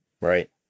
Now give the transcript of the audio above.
Right